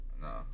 no